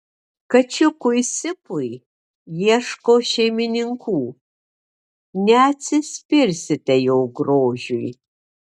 kačiukui sipui ieško šeimininkų neatsispirsite jo grožiui